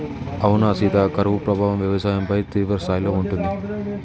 అవునా సీత కరువు ప్రభావం వ్యవసాయంపై తీవ్రస్థాయిలో ఉంటుంది